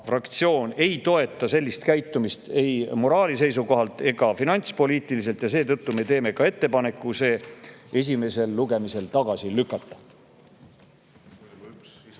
ei toeta sellist käitumist ei moraali seisukohalt ega finantspoliitiliselt ja seetõttu me teeme ka ettepaneku see [eelnõu] esimesel lugemisel tagasi lükata.